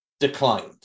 declined